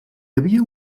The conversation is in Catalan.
havia